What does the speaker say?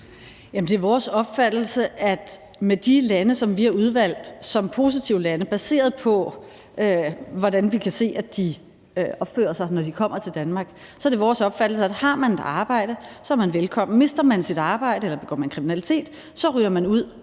Det er vores opfattelse, at kommer man fra de lande, som vi har udvalgt som positivlande – det er baseret på, hvordan vi kan se de opfører sig, når de kommer til Danmark – og man har et arbejde, er man velkommen. Mister man sit arbejde eller begår kriminalitet, ryger man ud